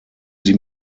sie